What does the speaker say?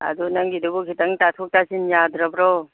ꯑꯗꯨ ꯅꯪꯒꯤꯗꯨꯕꯨ ꯈꯤꯇꯪ ꯇꯥꯊꯣꯛ ꯇꯥꯁꯤꯟ ꯌꯥꯗ꯭ꯔꯕ꯭ꯔꯣ